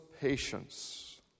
patience